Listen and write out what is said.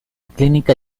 clínica